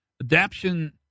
Adaption